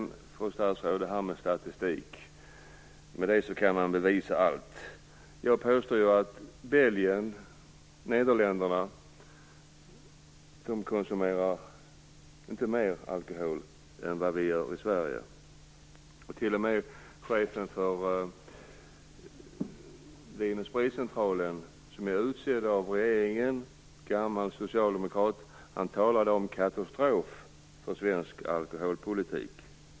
Med statistik kan man bevisa allt, fru statsråd. Jag påstår att Belgien och Nederländerna inte konsumerar mer alkohol än vad vi gör i Sverige. T.o.m. chefen för Vin & Sprit AB, som är en gammal socialdemokrat och utsedd av regeringen, har talat om en katastrof för svensk alkoholpolitik.